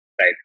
Right